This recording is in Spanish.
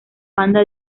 banda